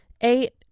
Eight